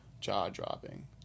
jaw-dropping